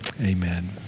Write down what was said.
Amen